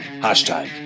Hashtag